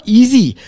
easy